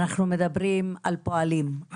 אנחנו מדברים על פועלים,